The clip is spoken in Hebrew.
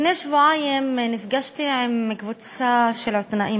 לפני שבועיים נפגשתי עם קבוצה של עיתונאים,